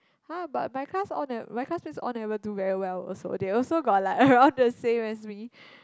!huh! but my class all never my classmates all never do very well also they also got like around the same as me